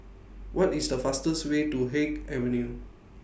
What IS The fastest Way to Haig Avenue